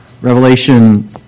Revelation